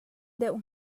deuh